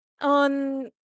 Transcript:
on